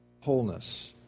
wholeness